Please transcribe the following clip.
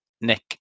Nick